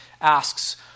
asks